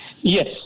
Yes